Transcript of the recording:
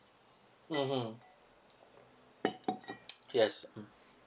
mmhmm yes